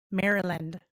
maryland